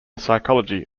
psychology